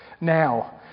now